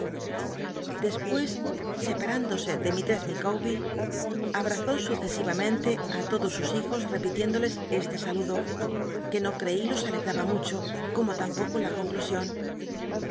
despucs separündose de mi lr css ilicawber abrazó sucesiyamente ü todos sus hijos repitiéndoles este salado c ne no creí los alegraba mucho como tampoco la conclusion